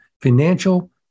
financial